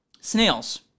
Snails